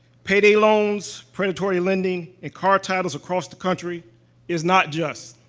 payday loans, predatory lending, and car titles across the country is not just.